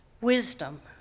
wisdom